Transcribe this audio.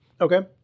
Okay